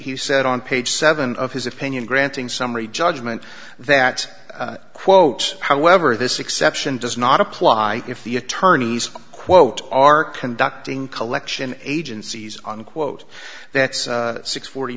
he said on page seven of his opinion granting summary judgment that quote however this exception does not apply if the attorneys quote are conducting collection agencies unquote that's six forty